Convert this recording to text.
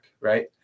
right